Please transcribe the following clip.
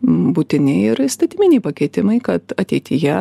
būtini ir įstatyminiai pakeitimai kad ateityje